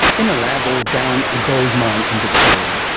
in a lab or down a goldmine in victoria.